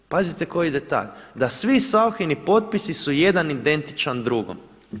Pazite koji detalj, da svi Sauchini potpisi su jedan identičan drugom.